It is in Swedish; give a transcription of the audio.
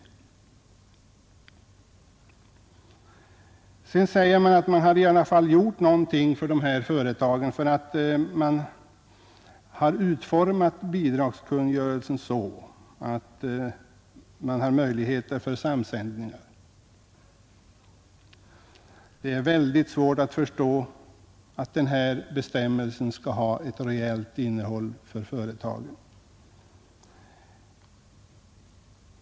Sedan säger statsrådet att man i alla fall har gjort någonting för de här företagen genom att man har utformat bidragskungörelsen så, att det finns möjligheter till samsändningar. Det är svårt att förstå att den bestämmelsen skall ha ett reellt innehåll för företagen.